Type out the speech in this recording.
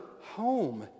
home